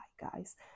guys